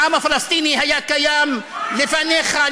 העם הפלסטיני היה קיים לפניך,